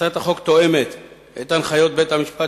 הצעת החוק תואמת את הנחיות בית-המשפט,